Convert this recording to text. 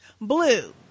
Blue